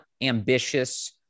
ambitious